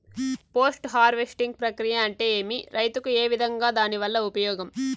Post harvesting ప్రక్రియ అంటే ఏమి? రైతుకు ఏ విధంగా దాని వల్ల ఉపయోగం?